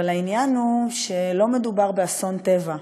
אבל העניין הוא שלא מדובר באסון טבע.